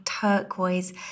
turquoise